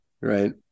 right